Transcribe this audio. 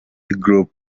group